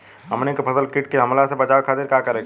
हमनी के फसल के कीट के हमला से बचावे खातिर का करे के चाहीं?